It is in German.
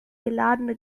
geladene